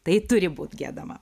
tai turi būt giedama